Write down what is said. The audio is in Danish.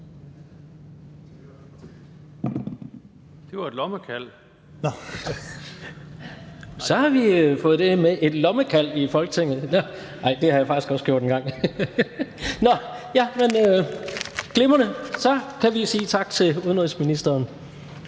Det var et lommekald). Så har vi fået det med: et lommekald i Folketinget. Ej, det har jeg faktisk også gjort engang. Men så kan vi sige tak til udenrigsministeren